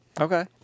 Okay